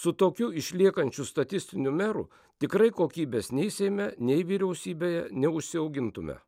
su tokiu išliekančiu statistiniu meru tikrai kokybės nei seime nei vyriausybėje neužsiaugintume